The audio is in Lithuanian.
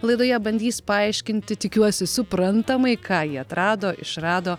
laidoje bandys paaiškinti tikiuosi suprantamai ką jie atrado išrado